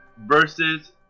versus